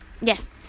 yes